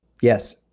Yes